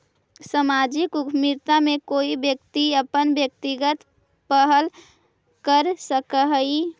सामाजिक उद्यमिता में कोई व्यक्ति अपन व्यक्तिगत पहल कर सकऽ हई